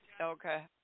okay